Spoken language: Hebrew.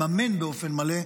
לממן באופן מלא.